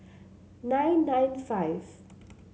nine nine five